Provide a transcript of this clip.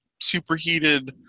superheated